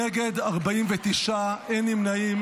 נגד, 49, אין נמנעים.